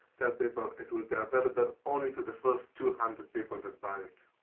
tell people, it will be available only to the first two hundred people to buy it.